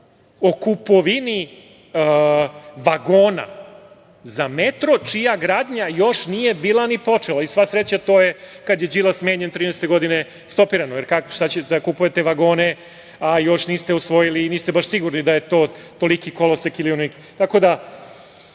o kupovini vagona za metro čija gradnja još nije bila ni počela. Sva sreća, kad je Đilas menjan 2013. godine, to je stopirano. Jer, što da kupujete vagone, a još niste usvojili i niste baš sigurni da je to toliki kolosek ili